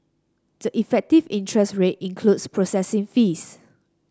the effective interest rate includes processing fees